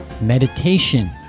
meditation